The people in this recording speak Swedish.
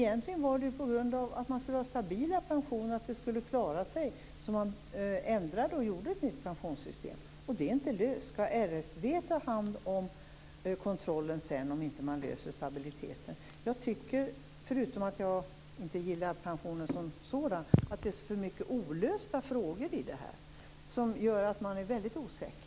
Det var för att skapa stabila pensioner som ett nytt pensionssystem togs fram. Frågan är inte löst. Skall RFV ta hand om kontrollen om frågan om stabilitet inte löses? Förutom att jag inte gillar systemet som sådant anser jag att det finns för många olösta frågor.